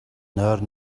нойр